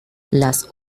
las